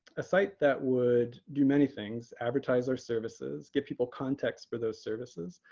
a site that would do many things advertise our services, give people context for those services,